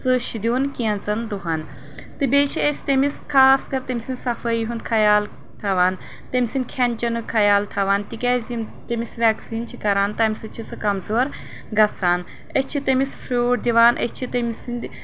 ژٕہ دِیُن کینٛژن دۄہن تہٕ بیٚیہِ چھِ أسۍ تٔمِس خاص کر تٔمۍ سٕنٛدِ صفٲیی ہُنٛد خیال تھاوان تٔمۍ سٕنٛدِ کھٮ۪ن چٮ۪نُک خیال تھاوان تِکیٛازِ یِم تٔمِس وٮ۪کسیٖن چھِ کران تمہِ سۭتۍ چھِ سُہ کمزور گژھان أسۍ چھِ تٔمِس فروٗٹ دِوان أسۍ چھِ تٔمۍ سٕنٛدِ